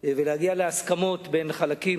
ולהגיע להסכמות בין חלקים,